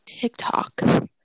TikTok